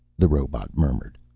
the robot murmured.